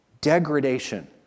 Degradation